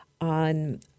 on